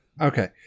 okay